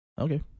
okay